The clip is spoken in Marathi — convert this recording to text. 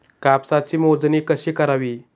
कापसाची मोजणी कशी करावी?